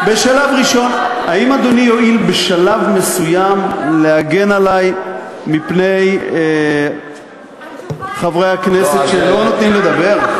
האם אדוני יואיל בשלב מסוים להגן עלי מפני חברי הכנסת שלא נותנים לדבר?